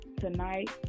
tonight